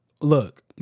look